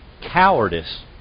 cowardice